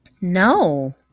No